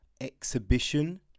exhibition